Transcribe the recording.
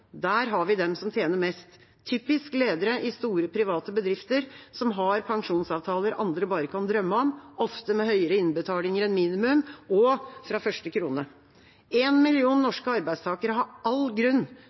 har vi dem som tjener mest, typisk ledere i store, private bedrifter, som har pensjonsavtaler andre bare kan drømme om, ofte med høyere innbetalinger enn minimum og fra første krone. Én million norske arbeidstakere har all grunn